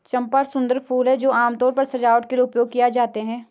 चंपा सुंदर फूल हैं जो आमतौर पर सजावट के लिए उपयोग किए जाते हैं